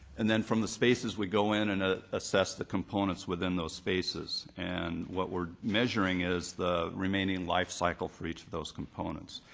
and then from the spaces, we go in and ah assess the components within those spaces. and what we're measuring is the remaining life cycle for each of those components.